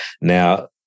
Now